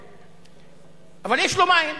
אבל יש לו מים.